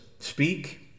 Speak